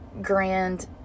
grand